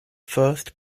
first